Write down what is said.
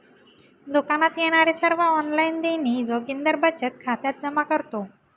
दुकानात येणारे सर्व ऑनलाइन देणी जोगिंदर बचत खात्यात जमा करतो